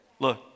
Look